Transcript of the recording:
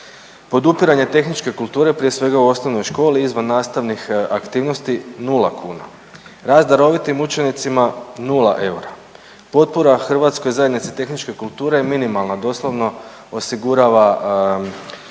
Podupiranje tehničke kulture prije svega u osnovnoj školi, izvannastavnih aktivnosti nula kuna. Rad s darovitim učenicima nula eura. Potpora Hrvatskoj zajednici tehničke kulture je minimalna, doslovno osigurava